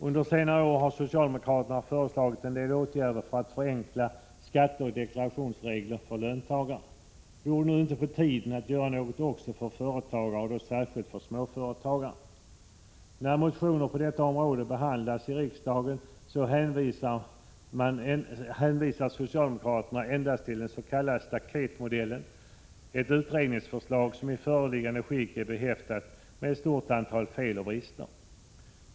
Under senare år har socialdemokraterna föreslagit en del åtgärder för att förenkla skatteoch deklarationsreglerna för löntagare. Vore nu inte tiden inne att göra något också för företagare, och då särskilt för småföretagare? När motioner på detta område behandlas i riksdagen, hänvisar socialdemokraterna endast till den s.k. staketmodellen — ett utredningsförslag som i föreliggande skick är behäftat med ett stort antal fel och brister.